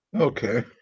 Okay